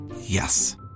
Yes